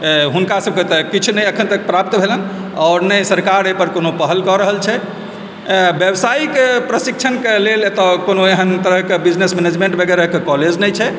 हुनकासभकेँ तऽ किछु नहि एखन तक प्राप्त भेलनि आओर नहि सरकार एहिपर कोनो पहल कऽ रहल छथि व्यावसायिक प्रशिक्षणके लेल एतय कोनो एहन तरहके बिजनेस मैनजमेंट वगैरहके कॉलेज नहि छै